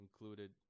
included